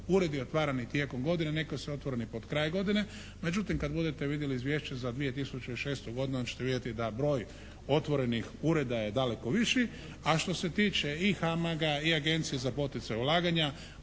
uredi otvarani tijekom godine. Neki su otvoreni pod kraj godine. Međutim kad budete vidjeli izvješće za 2006. godinu onda ćete vidjeti da broj otvorenih ureda je daleko viši, a što se tiče i HAMAG-a i Agencije za poticaj ulaganja